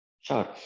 Sure